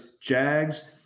Jags